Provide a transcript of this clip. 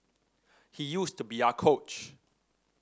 he used to be our coach